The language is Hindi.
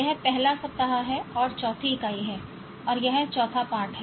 यह पहला सप्ताह है और चौथी इकाई है और यह चौथा पाठ है